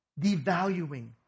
devaluing